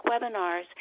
webinars